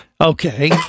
Okay